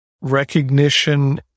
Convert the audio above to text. recognition